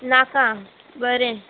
नाका बरें